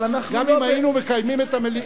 גם אם היינו מקיימים את המליאה,